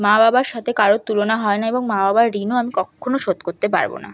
মা বাবার সাথে কারোর তুলনা হয় না এবং মা বাবার ঋণও আমি কক্ষণও শোধ করতে পারবো না